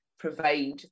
provide